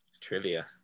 Trivia